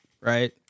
right